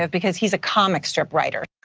because he's a comic strip writer